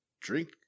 drink